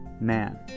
man